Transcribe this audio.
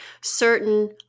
certain